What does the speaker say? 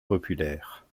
populaire